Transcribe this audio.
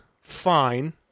fine